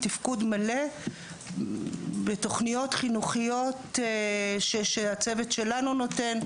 תפקוד מלא בתוכניות חינוכיות שהצוות שלנו נותן,